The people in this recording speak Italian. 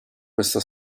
questa